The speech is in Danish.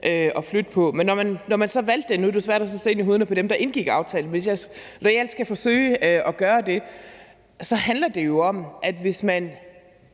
at flytte. Men når man så valgte det – og nu er det svært at se ind i hovederne på dem, der indgik aftalen, men jeg skal forsøge at gøre det – så handler det jo om, at hvis man